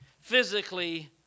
physically